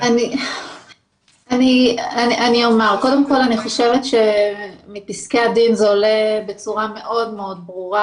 אני חושבת שמפסקי הדין זה עולה בצורה מאוד ברורה,